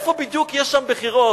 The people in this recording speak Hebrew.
איפה בדיוק יש שם בחירות?